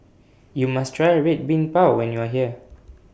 YOU must Try Red Bean Bao when YOU Are here